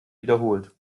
wiederholt